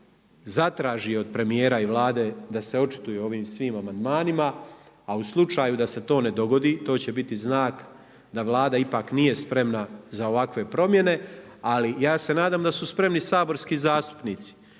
zatraži od premjera i Vlade da se očituje o ovim svim amandmanima. A u slučaju da se to ne dogodi, to će biti znak, da Vlada ipak nije spremna za ovakve primjene, ali ja se nadam da su spremni saborski zastupnici,